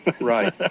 Right